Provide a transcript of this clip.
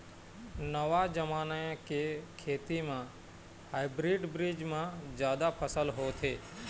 नवा जमाना के खेती म हाइब्रिड बीज म जादा फसल होथे